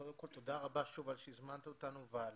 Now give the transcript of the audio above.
קודם כל תודה רבה שוב על שהזמנת אותנו ועל